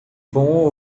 bom